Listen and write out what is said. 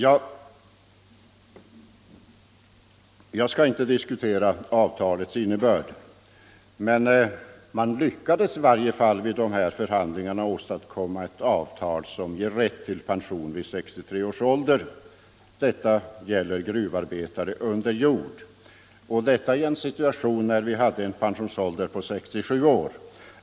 Jag skall inte diskutera avtalets innebörd, men man lyckades i varje fall vid de här förhandlingarna åstadkomma ett avtal som ger rätt till pension vid 63 års ålder — det gäller gruvarbetare under jord. Detta avtal träffades i en situation när vi hade en pensionsålder på 67 år.